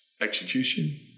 execution